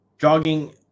jogging